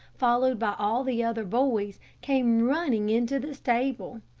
followed by all the other boys, came running into the stable.